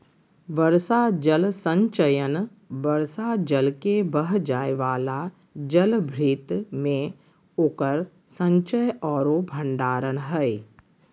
वर्षा जल संचयन वर्षा जल के बह जाय वाला जलभृत में उकर संचय औरो भंडारण हइ